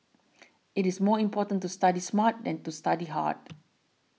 it is more important to study smart than to study hard